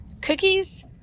cookies